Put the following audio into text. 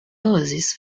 oasis